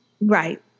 Right